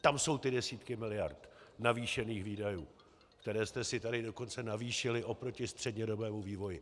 Tam jsou ty desítky miliard navýšených výdajů, které jste si tady dokonce navýšili oproti střednědobému vývoji.